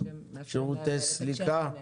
שירותי סליקה?